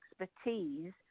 expertise